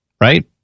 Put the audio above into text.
right